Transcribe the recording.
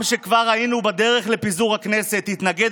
גם כשכבר היינו בדרך לפיזור הכנסת התנגד